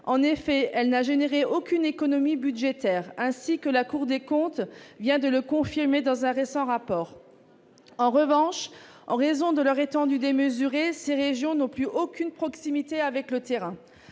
En effet, elle n'a entraîné aucune économie budgétaire, ainsi que la Cour des comptes vient de le confirmer dans un récent rapport. En revanche, en raison de leur étendue démesurée, ces régions n'ont plus aucune proximité avec le terrain.